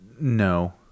No